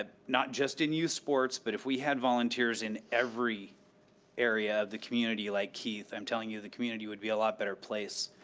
ah not just in youth sports, but if we had volunteers in every area of the community like keith, i'm telling you, the community would be a lot better place.